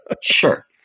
sure